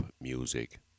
music